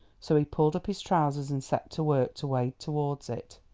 so he pulled up his trousers and set to work to wade towards it.